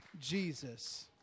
Jesus